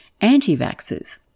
anti-vaxxers